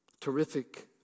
Terrific